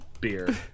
beer